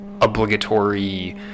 obligatory